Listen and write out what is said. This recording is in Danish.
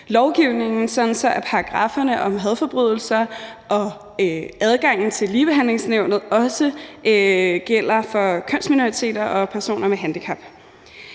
lovgivningen, sådan at paragrafferne om hadforbrydelser og adgangen til Ligebehandlingsnævnet også gælder for kønsminoriteter og personer med handicap.